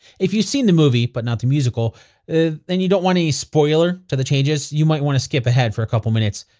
if you've seen the movie but not the musical and you don't want a spoiler to the changes, you might want to skip ahead for a couple minutes.